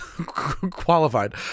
qualified